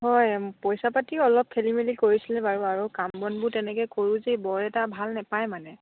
হয় পইচা পাতিও অলপ খেলি মেলি কৰিছিলে বাৰু আৰু কাম বনবোৰ তেনেকে কৰোঁ যে বৰ এটা ভাল নেপায় মানে